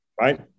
right